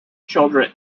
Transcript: children